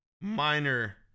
minor